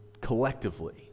collectively